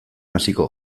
hasiko